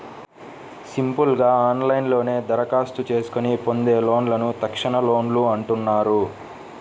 simple గా ఆన్లైన్లోనే దరఖాస్తు చేసుకొని పొందే లోన్లను తక్షణలోన్లు అంటున్నారు